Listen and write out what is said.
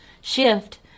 shift